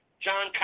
John